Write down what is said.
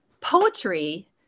poetry